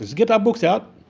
get our books out.